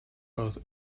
both